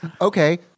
Okay